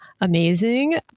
amazing